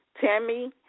Tammy